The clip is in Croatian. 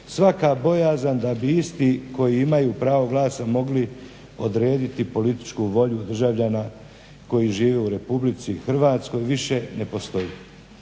svaka bojazan da bi isti koji imaju pravo glasa mogli odrediti političku volju državljana koji žive u RH više ne postoji.